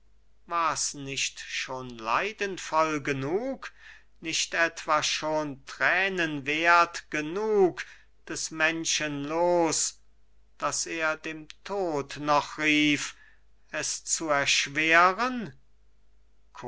war's nicht schon leidenvoll genug nicht etwa schon thränenwerth genug des menschen loos daß er dem tod noch rief er zu erschweren